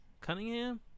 Cunningham